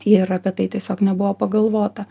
ir apie tai tiesiog nebuvo pagalvota